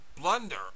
blunder